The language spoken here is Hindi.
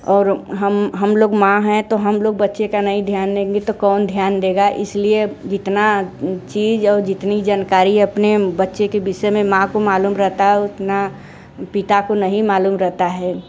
और हम हम लोग माँ है तो हम लोग बच्चे का नहीं ध्यान देंगे तो कौन ध्यान देगा इसलिए जितना चीज और जितनी जानकारी अपने बच्चों के विषय में माँ को मालूम रहता है उतना पिता को नहीं मालूम रहता है